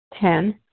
Ten